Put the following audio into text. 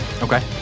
Okay